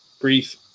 brief